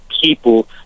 people